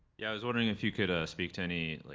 yeah, i was wondering if you could speak to any like